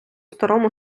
старому